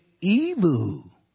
evil